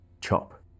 Chop